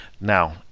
Now